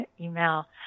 email